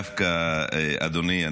אדוני,